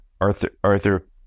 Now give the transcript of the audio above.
Arthur